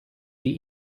die